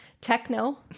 techno